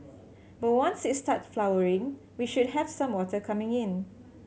but once it start flowering we should have some water coming in